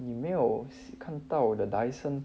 你没有看到 the dyson